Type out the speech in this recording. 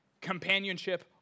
companionship